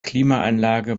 klimaanlage